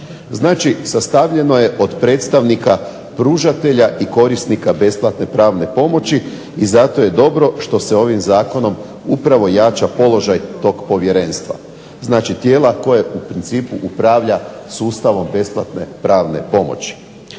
znači sastavljeno je od predstavnika pružatelja i korisnika besplatne pravne pomoći i zato je dobro što se ovim zakonom upravo jača položaj tog povjerenstva, znači tijela koje u principu upravlja sustavom besplatne pravne pomoći.